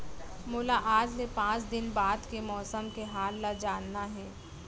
मोला आज ले पाँच दिन बाद के मौसम के हाल ल जानना हे?